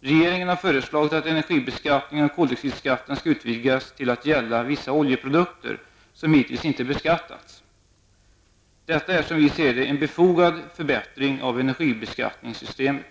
Regeringen har föreslagit att energibeskattningen och koldioxidskatten skall utvidgas till att gälla vissa oljeprodukter som hittills inte beskattats. Detta är, som vi ser det, en befogad förbättring av energibeskattningen.